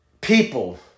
people